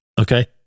okay